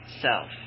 self